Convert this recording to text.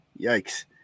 Yikes